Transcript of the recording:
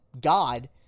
God